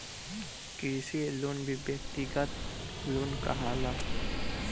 कृषि लोन भी व्यक्तिगत लोन कहाला